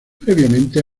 previamente